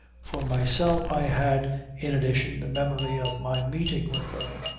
for myself i had in addition the memory of my meeting with her.